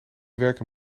werken